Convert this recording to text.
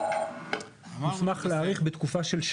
שנה.